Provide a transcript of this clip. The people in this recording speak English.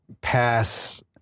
pass